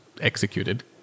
executed